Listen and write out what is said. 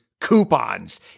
coupons